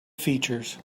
features